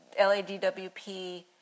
LADWP